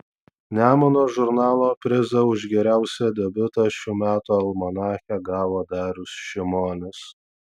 nemuno žurnalo prizą už geriausią debiutą šių metų almanache gavo darius šimonis